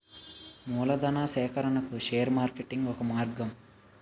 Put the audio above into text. మూలధనా సేకరణకు share marketing ఒక మార్గం